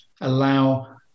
allow